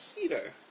heater